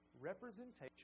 representation